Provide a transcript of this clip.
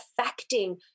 affecting